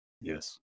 Yes